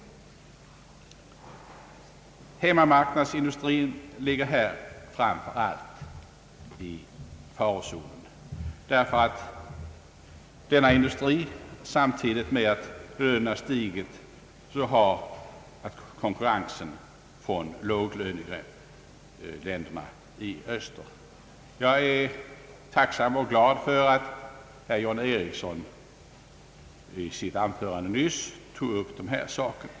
Framför allt hemmamarknadsindustrin ligger här i farozonen. Samtidigt med att lönerna stigit har ju denna industri att kämpa med konkurrensen från låglöneländerna i öster. Jag är tacksam och glad för att herr John Ericsson i sitt anförande nyss tog upp den saken.